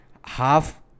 half